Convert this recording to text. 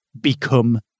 become